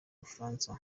bufaransa